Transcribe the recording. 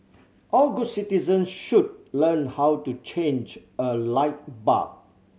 all good citizens should learn how to change a light bulb